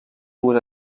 dues